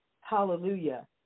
Hallelujah